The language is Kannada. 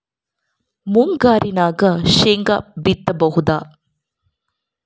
ಮುಂಗಾರಿನಾಗ ಶೇಂಗಾ ಬಿತ್ತಬಹುದಾ?